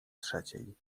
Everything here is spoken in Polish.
trzeciej